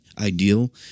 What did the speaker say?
ideal